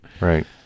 Right